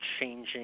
changing